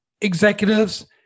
executives